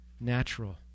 natural